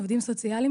עובדים סוציאליים,